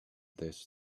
this